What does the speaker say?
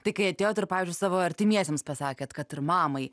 tai kai atėjot ir pavyzdžiui savo artimiesiems pasakėt kad ir mamai